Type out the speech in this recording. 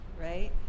right